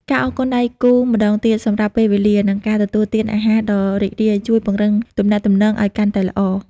ការអរគុណដៃគូម្ដងទៀតសម្រាប់ពេលវេលា និងការទទួលទានអាហារដ៏រីករាយ ជួយពង្រឹងទំនាក់ទំនងឱ្យកាន់តែល្អ។